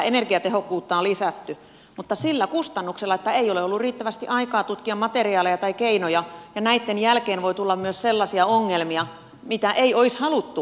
energiatehokkuutta on lisätty mutta sillä kustannuksella että ei ole ollut riittävästi aikaa tutkia materiaaleja tai keinoja ja näitten jälkeen voi tulla myös sellaisia ongelmia mitä ei olisi haluttu tulevan